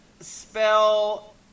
spell